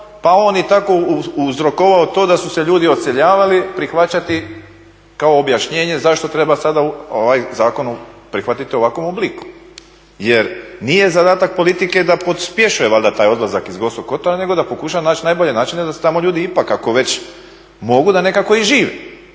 pa on je i tako uzrokovao to da su se ljudi odseljavali, prihvaćati kao objašnjenje zašto treba sada ovaj zakon prihvatiti u ovakvom obliku. Jer nije zadatak politike da pospješuje valjda taj odlazak iz Gorskog kotara nego da pokuša naći najbolje načine da se tamo ljudi ipak ako već mogu da nekako i žive.